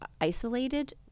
isolated